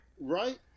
right